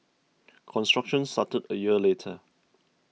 construction started a year later